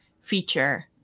feature